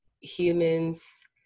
humans